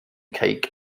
cake